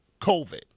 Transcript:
COVID